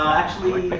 actually,